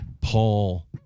Paul